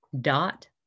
dot